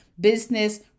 business